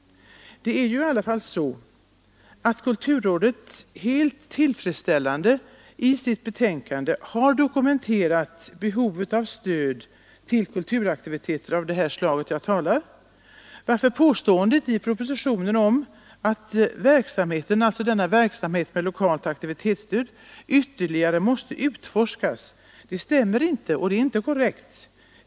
Det är i alla fall så att kulturrådet helt tillfredsställande i sitt betänkande har dokumenterat behovet av stöd till kulturaktiviteter av det slag som jag talar om, varför påståendet i propositionen om att verksamheten med lokalt aktivitetsstöd ytterligare måste utforskas inte är korrekt.